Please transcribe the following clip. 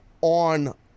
on